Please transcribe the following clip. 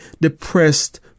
depressed